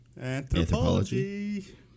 Anthropology